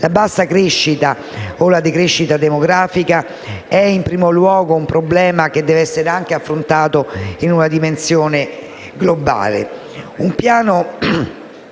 La bassa crescita o la decrescita demografica è, in primo luogo, un problema che deve essere affrontato in una dimensione globale.